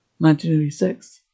1986